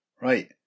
Right